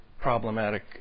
problematic